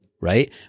right